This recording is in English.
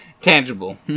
Tangible